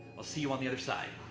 i'll see you on the other side.